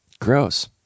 gross